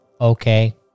Okay